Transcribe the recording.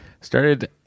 Started